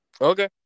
Okay